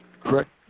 correct